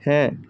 হ্যাঁ